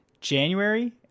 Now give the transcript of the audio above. january